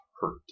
hurt